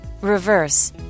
Reverse